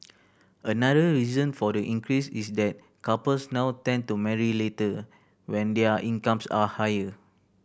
another reason for the increase is that couples now tend to marry later when their incomes are higher